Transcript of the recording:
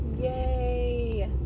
yay